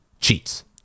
cheats